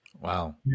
Wow